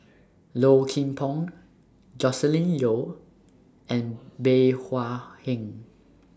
Low Kim Pong Joscelin Yeo and Bey Hua Heng